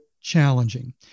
challenging